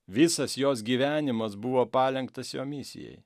visas jos gyvenimas buvo palenktas jo misijai